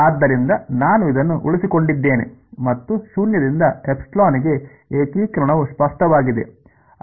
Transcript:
ಆದ್ದರಿಂದ ನಾನು ಇದನ್ನು ಉಳಿಸಿಕೊಂಡಿದ್ದೇನೆ ಮತ್ತು ಶೂನ್ಯದಿಂದ ε ಗೆ ಏಕೀಕರಣವು ಸ್ಪಷ್ಟವಾಗಿದೆ